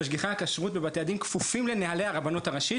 משגיחי הכשרות בבתי הדין כפופים לנהלי הרבנות הראשית